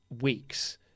weeks